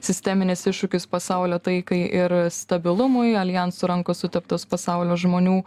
sisteminis iššūkis pasaulio taikai ir stabilumui aljanso rankos suteptos pasaulio žmonių